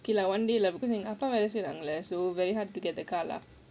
K lah one day lah because so very hard to get the car lah